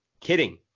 Kidding